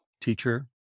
teacher